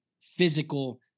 physical